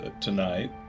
tonight